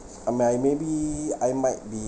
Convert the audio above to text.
I might maybe I might be